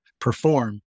perform